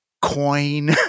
coin